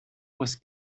was